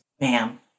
Ma'am